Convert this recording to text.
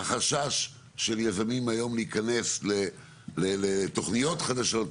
החשש של יזמים היום להיכנס לתוכניות חדשות,